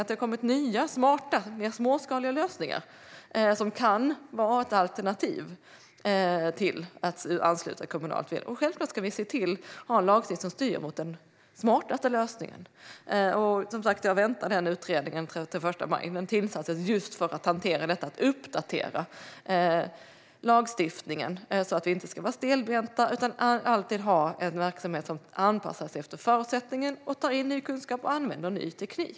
Det har kommit nya, smarta och mer småskaliga lösningar som kan vara ett alternativ till att ansluta till det kommunala va-nätet. Självklart ska vi se till att ha en lagstiftning som styr mot den smartaste lösningen, och jag väntar som sagt resultatet av utredningen den 31 maj. Utredningen tillsattes just för att hantera detta - för att uppdatera lagstiftningen så att vi inte ska vara stelbenta utan alltid ha en verksamhet som anpassas efter förutsättningarna, tar in ny kunskap och använder ny teknik.